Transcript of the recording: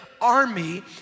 army